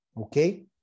Okay